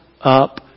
up